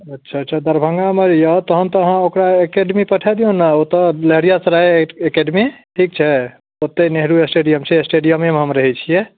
अच्छा अच्छा दरभङ्गा मे रहैया तहन तऽ अहाँ ओकरा एकेडमी पठा दिऔ ने ओतऽ लहेरियासराय एकेडमी ठीक छै ओत्तै नेहरू स्टेडियम छै स्टेडियमे मे हम रहै छियै